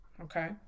okay